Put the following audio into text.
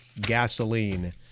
gasoline